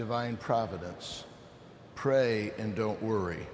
divine providence pray and don't worry